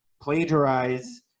plagiarize